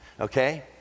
okay